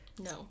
No